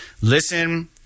listen